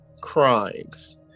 crimes